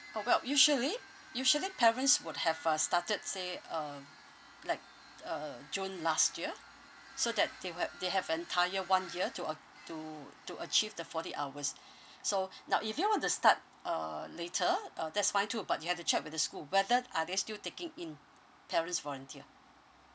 uh well usually usually parents would have uh started say um like uh june last year so that they would ha~ they have entire one year to uh to to achieve the forty hours so now if you want to start uh later uh that's fine too but you have to check with the school whether are they still taking in parents volunteer